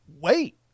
Wait